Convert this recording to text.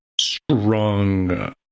strong